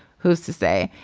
who's to say.